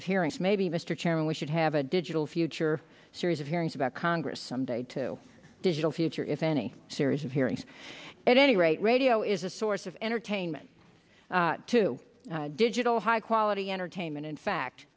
hearings maybe mr chairman we should have a digital future series of hearings about congress someday to digital future if any series of hearings at any rate radio is a source of entertainment to digital high quality entertainment in fact